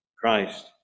Christ